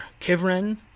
Kivrin